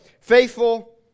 faithful